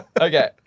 Okay